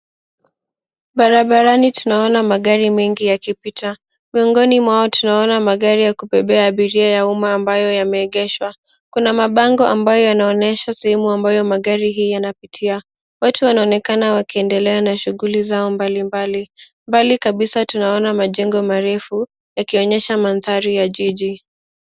Barabarani tunaona magari mengi yakipita. Miongoni mwao tunaona magari ya kubebea abiria wa umma ambayo yameegeshwa. Kuna mabango ambayo yanaonyesha sehemu ambayo magari hii yanapita. Watu wanaonekana wakiendelea na shighuli zao mbalimbali. Mbali kabisa tunaona majengo marefu yakionyesha mandhari ya jiji.